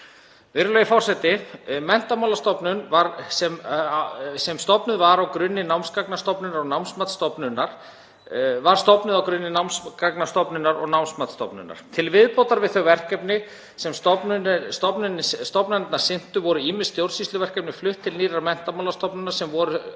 Virðulegi forseti. Menntamálastofnun var stofnuð á grunni Námsgagnastofnunar og Námsmatsstofnunar. Til viðbótar við þau verkefni sem stofnanirnar sinntu voru ýmis stjórnsýsluverkefni flutt til nýrrar Menntamálastofnunar sem voru